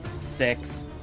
Six